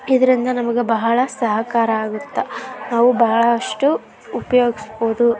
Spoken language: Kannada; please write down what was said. ಇದರಿಂದ ನಮಗೆ ಬಹಳ ಸಹಕಾರ ಆಗುತ್ತೆ ನಾವು ಬಹಳಷ್ಟು ಉಪ್ಯೋಗಿಸ್ಬೋದು